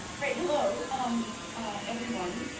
hello um everyone.